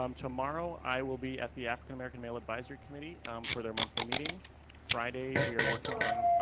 um tomorrow i will be at the african-american male advisory committee for their monthly meeting friday. we are working on.